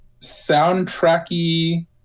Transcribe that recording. soundtracky